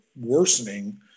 worsening